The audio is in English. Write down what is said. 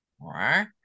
Right